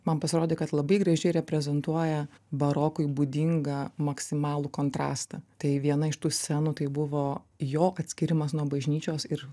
man pasirodė kad labai gražiai reprezentuoja barokui būdingą maksimalų kontrastą tai viena iš tų scenų tai buvo jo atskyrimas nuo bažnyčios ir